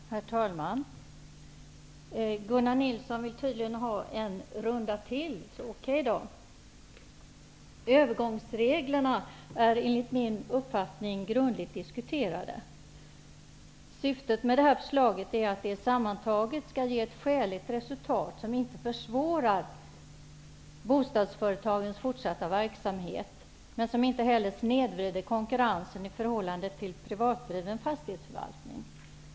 Herr talman! Gunnar Nilsson vill tydligen ha en runda till. Okej då! Övergångsreglerna är enligt min uppfattning grundligt diskuterade. Syftet med förslaget är att det sammantaget skall ge ett skäligt resultat, som inte försvårar bostadsföretagens fortsatta verksamhet och som inte heller snedvrider konkurrensen i förhållande till privatdriven fastighetsförvaltning.